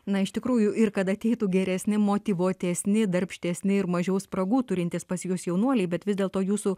na iš tikrųjų ir kad ateitų geresni motyvuotesni darbštesni ir mažiau spragų turintys pas juos jaunuoliai bet vis dėlto jūsų